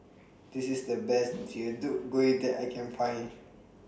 This IS The Best Deodeok Gui that I Can Find